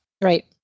Right